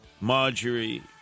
Marjorie